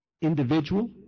individual